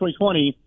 2020